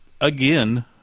Again